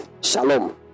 Shalom